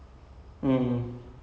um